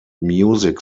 music